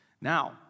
Now